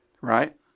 right